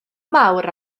mawr